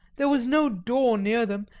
there was no door near them,